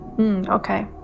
Okay